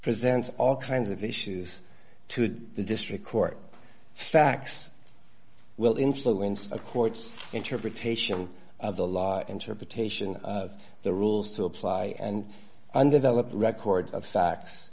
presents all kinds of issues to the district court facts well influence a court's interpretation of the law interpretation of the rules to apply and undeveloped records of facts